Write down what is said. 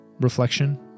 reflection